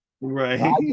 Right